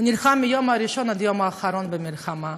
הוא נלחם מהיום הראשון ועד היום האחרון של המלחמה.